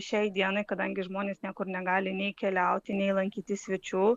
šiai dienai kadangi žmonės niekur negali nei keliauti nei lankyti svečių